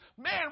Man